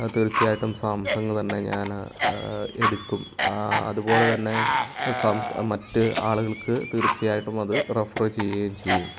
അത് തീർച്ചയായിട്ടും സാംസങ് തന്നെ ഞാൻ എടുക്കും അതുപോലെ തന്നെ സാംസ മറ്റ് ആളുകൾക്ക് തീർച്ചയായിട്ടും അത് റഫർ ചെയ്യുകയും ചെയ്യും